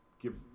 Give